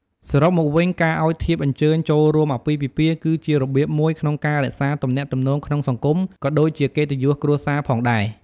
សរុបមកវិញ ការឱ្យធៀបអញ្ជើញចូលរួមអាពាហ៍ពិពាហ៍គឺជារបៀបមួយក្នុងការរក្សាទំនាក់ទំនងក្នុងសង្គម ក៏ដូចជាកិត្តិយសគ្រួសារផងដែរ។